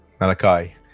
Malachi